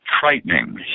frightening